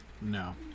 No